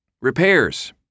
Repairs